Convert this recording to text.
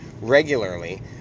regularly